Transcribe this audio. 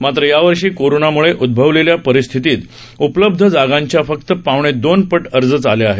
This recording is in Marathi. मात्र या वर्षी कोरोनाम्ळे उद्भवलेल्या परिस्थितीत उपलब्ध जागांच्या फक्त पावणेदोन पट अर्जच आले आहेत